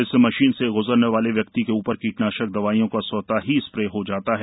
इस मशीन से ग्जरने वाले व्यक्ति के ऊपर कीटनाशक दवाईयों का स्वत ही स्प्रे हो रहा है